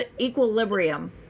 equilibrium